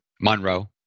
Monroe